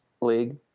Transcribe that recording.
league